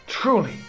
Truly